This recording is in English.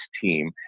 team